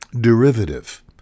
derivative